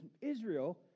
Israel